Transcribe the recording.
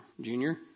Junior